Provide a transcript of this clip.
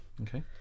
Okay